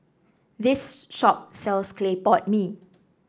this shop sells Clay Pot Mee